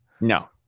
No